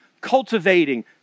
cultivating